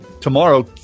tomorrow